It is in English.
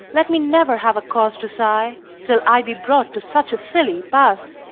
let me never have a cause to sigh till i be brought to such a silly pass!